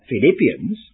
Philippians